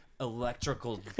electrical